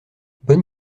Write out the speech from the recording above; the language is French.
bonne